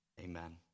amen